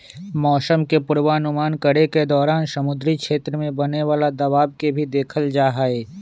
मौसम के पूर्वानुमान करे के दौरान समुद्री क्षेत्र में बने वाला दबाव के भी देखल जाहई